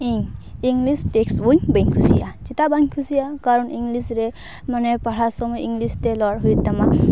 ᱤᱧ English test ᱵᱳᱭ ᱵᱟᱹᱧ ᱠᱩᱥᱤᱭᱟᱜᱼᱟ ᱪᱮᱫᱟᱜ ᱵᱟᱹᱧ ᱠᱩᱥᱤᱭᱟᱜᱼᱟ ᱠᱟᱨᱚᱱ ᱤᱝᱞᱤᱥ ᱨᱮ ᱯᱟᱲᱦᱟᱜ ᱥᱚᱢᱚᱭ ᱤᱝᱞᱤᱥ ᱛᱮ ᱨᱚᱲ ᱦᱩᱭᱩᱜ ᱛᱟᱢᱟ